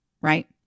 right